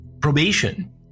probation